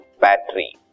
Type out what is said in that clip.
battery